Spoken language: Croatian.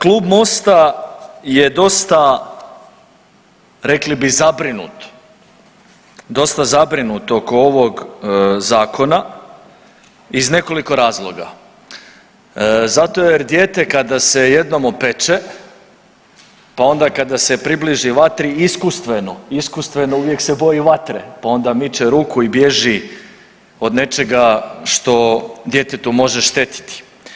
Klub Mosta je dosta, rekli bi, zabrinut, dosta zabrinut oko ovog Zakona iz nekoliko razloga, zato jer dijete, kada se jednom opeče, pa onda kada se približi vatri, iskustveno, iskustveno uvijek se boji vatre pa onda miče ruku i bježi od nečega što djetetu može štetiti.